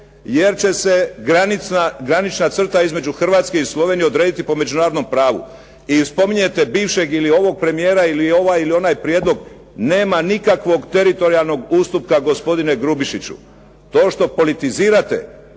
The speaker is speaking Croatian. jer će se granična crta između Hrvatske i Slovenije odrediti po međunarodnom pravu. I spominjete bivšeg ili ovog premijera, ili ovaj ili onaj prijedlog. Nema nikakvog teritorijalnog ustupka gospodine Grubišiću. To što politizirate